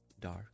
dark